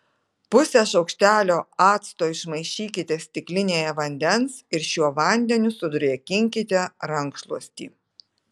pusę šaukštelio acto išmaišykite stiklinėje vandens ir šiuo vandeniu sudrėkinkite rankšluostį